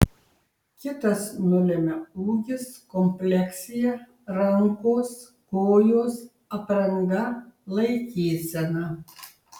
kitas nulemia ūgis kompleksija rankos kojos apranga laikysena